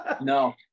No